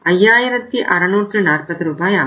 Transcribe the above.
00 ஆகும்